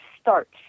starts